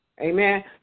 Amen